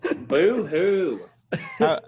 Boo-hoo